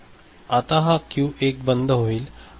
आता हा क्यू 1 बंद होईल आणि क्यू 2 चालू होईल